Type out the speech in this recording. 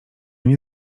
nie